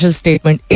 statement